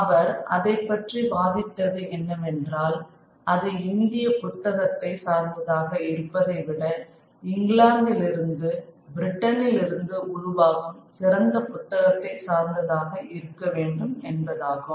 அவர் அதைப் பற்றி வாதிட்டது என்னவென்றால் அது இந்திய புத்தகத்தை சார்ந்ததாக இருப்பதைவிட இங்கிலாந்திலிருந்து பிரிட்டனிலிருந்து உருவாகும் சிறந்த புத்தகத்தை சார்ந்ததாக இருக்க வேண்டும் என்பதாகும்